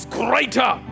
greater